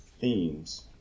themes